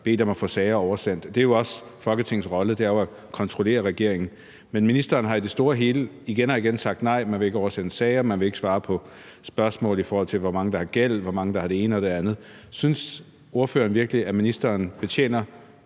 bedt om at få sager oversendt. Det er jo også Folketingets rolle: at kontrollere regeringen. Men ministeren har i det store og hele igen og igen sagt nej; man vil ikke oversende sager, man vil ikke svare på spørgsmål, i forhold til hvor mange der har gæld og hvor mange der har det ene og det andet. Synes ordføreren virkelig, at ministeren betjener